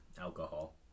alcohol